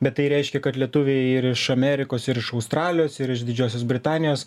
bet tai reiškia kad lietuviai ir iš amerikos ir iš australijos ir iš didžiosios britanijos